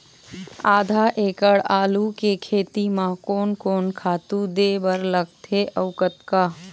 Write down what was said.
आधा एकड़ आलू के खेती म कोन कोन खातू दे बर लगथे अऊ कतका?